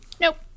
Nope